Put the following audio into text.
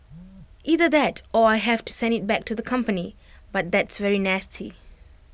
either that or I have to send IT back to the company but that's very nasty